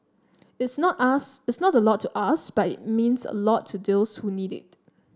it's not us it's not a lot to us but it means a lot to those who need it